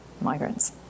migrants